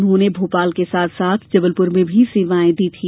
उन्होंने भोपाल के साथ साथ जबलपुर में भी सेवायें दी थी